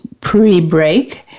pre-break